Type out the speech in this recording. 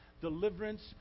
deliverance